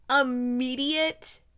immediate